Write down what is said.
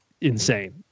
insane